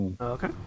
Okay